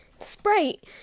Sprite